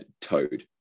toad